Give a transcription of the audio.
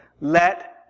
Let